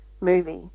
movie